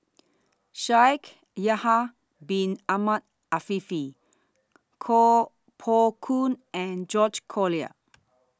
Shaikh Yahya Bin Ahmed Afifi Koh Poh Koon and George Collyer